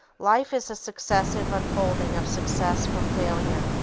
life is a successive unfolding of success from failure.